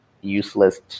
useless